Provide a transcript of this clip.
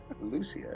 Lucia